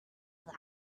that